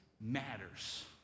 matters